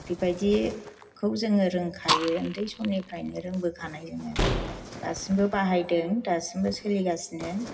बिबायदिखौ जों रोंखायो उन्दैसमनिफ्रायनो रोंबोखानाय जोङो दासिमबो बाहायदों दासिमबो सोलिगासिनो